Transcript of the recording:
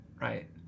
right